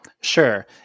Sure